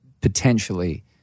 potentially